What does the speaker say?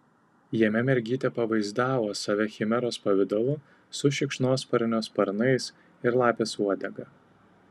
jame mergytė pavaizdavo save chimeros pavidalu su šikšnosparnio sparnais ir lapės uodega